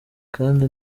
kandi